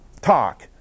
talk